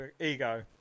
ego